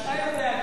ואתה יודע כמה שזה,